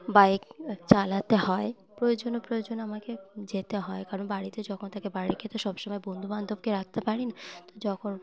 bike চালাতে হয় প্রয়োজনে প্রয়োজনে আমাকে যেতে হয় কারণ বাড়িতে যখন তাকে বাড়ি থেকে সব সময় বন্ধুবান্ধবকে রাখতে পারি না তো যখন